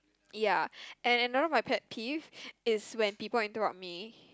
ya and another of my pet peeve is when people interrupt me